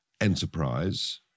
enterprise